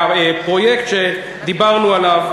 הפרויקט שדיברנו עליו,